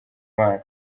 bana